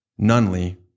Nunley